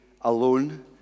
alone